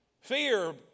fear